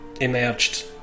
emerged